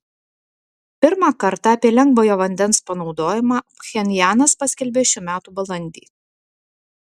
pirmą kartą apie lengvojo vandens panaudojimą pchenjanas paskelbė šių metų balandį